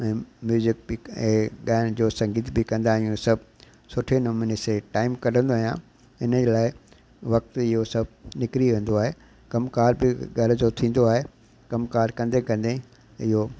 ऐं म्यूज़िक बि ऐं ॻाइण जो संगीत बि कंदा आहियूं सभु सुठे नमूने से टाइम कढंदो आहियां इन लाइ वक़्तु इहो सभु निकिरी वेंदो आहे कमुकार बि घर जो थींदो आहे कमुकारु कंदे कंदे इहो